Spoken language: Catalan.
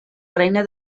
reina